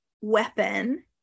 weapon